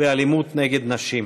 באלימות נגד נשים.